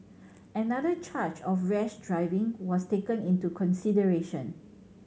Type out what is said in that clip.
another charge of rash driving was taken into consideration